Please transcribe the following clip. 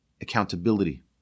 Accountability